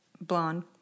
blonde